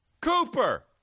cooper